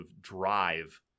drive